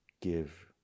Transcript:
give